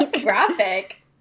Graphic